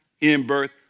in-birth